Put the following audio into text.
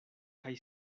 kaj